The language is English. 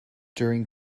during